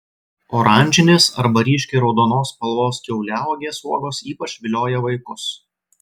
oranžinės arba ryškiai raudonos spalvos kiauliauogės uogos ypač vilioja vaikus